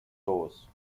doors